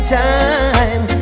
time